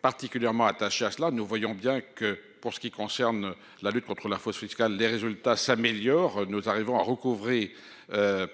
particulièrement attaché à cela, nous voyons bien que pour ce qui concerne la lutte contre la fausse les résultats s'améliorent, nous arrivons à recouvrer.